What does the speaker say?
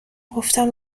گفتم